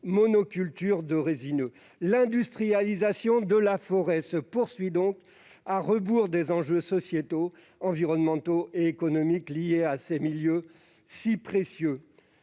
monoculture de résineux. L'industrialisation de la forêt se poursuit donc à rebours des enjeux sociétaux, environnementaux et économiques liés à ces milieux si précieux.